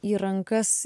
į rankas